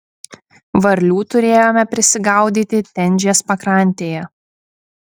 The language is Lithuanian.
varlių turėjome prisigaudyti tenžės pakrantėje